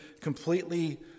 completely